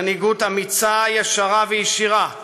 מנהיגות אמיצה, ישרה וישירה,